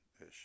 ish